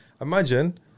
imagine